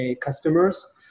customers